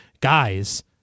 guys